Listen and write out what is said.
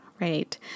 right